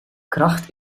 kracht